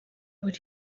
buri